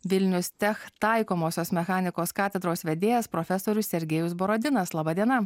vilnius tech taikomosios mechanikos katedros vedėjas profesorius sergejus borodinas laba diena